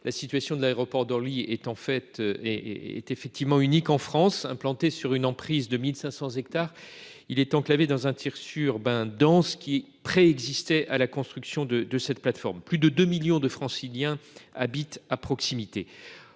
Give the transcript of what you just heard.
La situation de l'aéroport d'Orly est unique en France. Implanté sur une emprise de 1 500 hectares, il est enclavé dans un tissu urbain dense qui préexistait à la construction de cette plateforme. De fait, plus de 2 millions de Franciliens habitent à proximité.